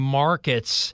markets